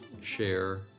share